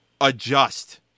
adjust